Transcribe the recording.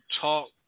talk